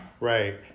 right